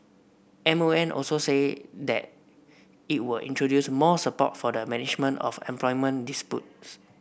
M O M also said that it will introduce more support for the management of employment disputes